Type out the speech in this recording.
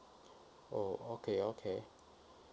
oh okay okay